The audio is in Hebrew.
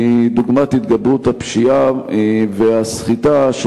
דוגמת התגברות הפשיעה והסחיטה,